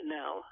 now